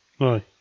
Aye